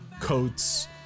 coats